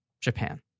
Japan